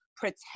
protect